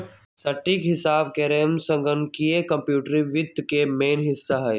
सटीक हिसाब करेमे संगणकीय कंप्यूटरी वित्त के मेन हिस्सा हइ